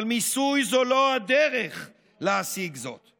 אבל מיסוי זה לא הדרך להשיג זאת.